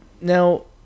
now